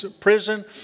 prison